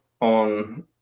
on